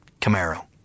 Camaro